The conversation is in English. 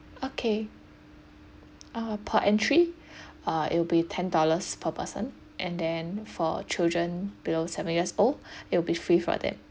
okay uh per entry uh it'll be ten dollars per person and then for children below seven years old it will be free for them